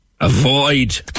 Avoid